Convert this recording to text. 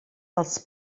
dels